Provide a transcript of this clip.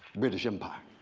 british empire.